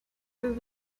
are